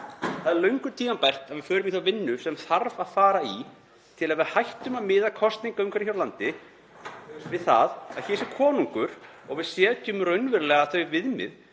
Það er löngu tímabært að við förum í þá vinnu sem þarf að fara í til að við hættum að miða kosningaumhverfi hér á landi við það að hér sé konungur og við setjum raunverulega þau viðmið